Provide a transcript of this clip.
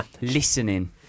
Listening